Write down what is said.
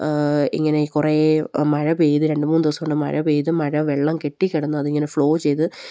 ഇങ്ങനെ ഈ കുറേ മഴ പെയ്ത് രണ്ട് മൂന്ന് ദിവസം കൊണ്ട് മഴ പെയ്ത് മഴ വെള്ളം കെട്ടിക്കിടന്ന് അതിങ്ങനെ ഫ്ലോ ചെയ്ത്